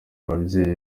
ababyeyi